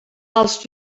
els